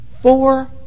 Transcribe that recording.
four